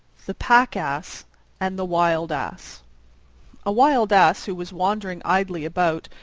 the pack-ass and the wild ass a wild ass, who was wandering idly about,